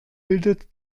bildet